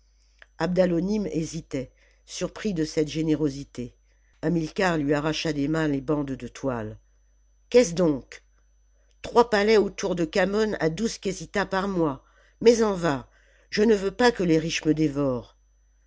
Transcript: abdalonim hésitait surpris de cette générosité hamilcar lui arracha des mains les bandes de toile qu'est-ce donc trois palais autour de khamon à douze késitahs par mois mets en vingt je ne veux pas que les riches me dévorent